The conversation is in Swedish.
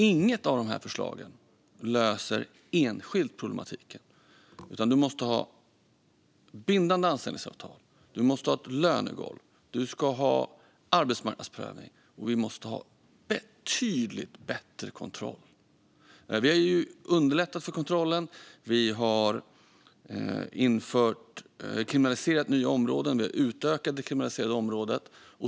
Inget av förslagen löser enskilt problemen, utan det måste finnas bindande anställningsavtal, lönegolv, arbetsmarknadsprövning och betydligt bättre kontroll. Vi har underlättat för kontroller. Vi har kriminaliserat nya områden och utökat det kriminaliserade området.